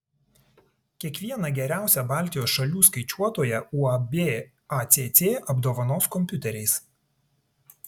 kiekvieną geriausią baltijos šalių skaičiuotoją uab acc apdovanos kompiuteriais